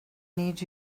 need